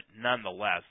nonetheless